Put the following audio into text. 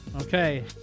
Okay